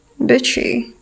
bitchy